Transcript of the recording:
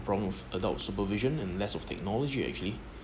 from adult supervision and less of technology actually